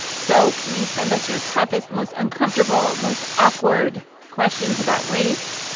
so please send us your toughest, most uncomfortable, most awkward questions about race.